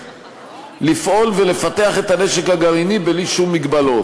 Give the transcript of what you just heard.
לפעול ולפתח את הנשק הגרעיני בלי שום מגבלות.